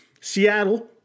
Seattle